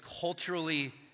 culturally